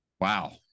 Wow